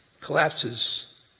collapses